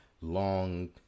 long